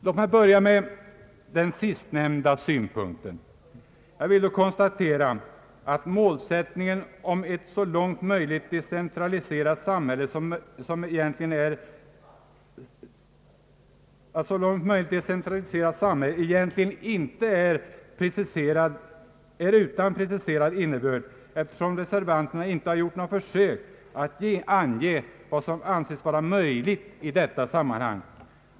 Låt mig börja med den sistnämnda synpunkten, Jag vill då konstatera att målsättningen om ett så långt möjligt decentraliserat samhälle egentligen saknar preciserad innebörd eftersom reservanterna inte har gjort något försök att ange vad som skall anses vara möjligt i detta sammanhang.